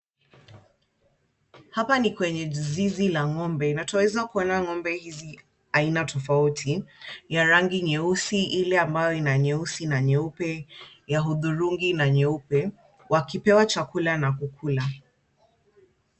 Hapa ni kwenye zizi la ng'ombe na twaweza kuona ng'ombe hizi aina tofauti ya rangi nyeusi ile ambayo ina nyeusi na nyeupe ya hudhurungi na nyeupe, wakipewa chakula na kukula.